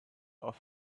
off